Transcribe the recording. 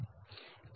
కనుక V4f0